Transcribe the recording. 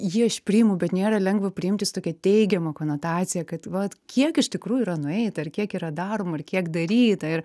jį aš priimu bet nėra lengva priimti su tokia teigiama konotacija kad vat kiek iš tikrųjų yra nueita ir kiek yra daroma ir kiek daryta ir